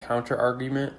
counterargument